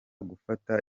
gufata